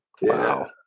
Wow